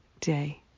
day